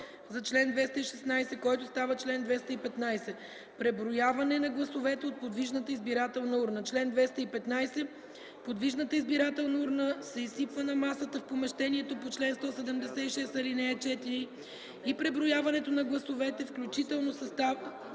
за чл. 216, който става чл. 215: „Преброяване на гласовете от подвижната избирателна урна Чл. 215. Подвижната избирателна урна се изсипва на масата в помещението по чл. 176, ал. 4 и преброяването на гласовете, включително съставянето